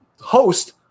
host